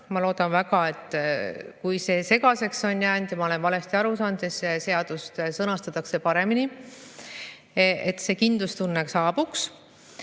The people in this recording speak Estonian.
Ma loodan väga, et kui see segaseks on jäänud ja ma olen valesti aru saanud, siis seadus sõnastatakse paremini ümber, et kindlustunne saabuks.